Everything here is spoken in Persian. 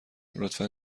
لطفا